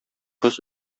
кыз